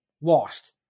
lost